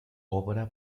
obra